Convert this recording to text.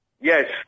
Yes